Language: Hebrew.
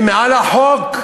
הם מעל החוק?